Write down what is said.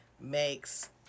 makes